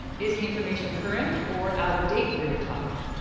is the information current or out of date for your topic?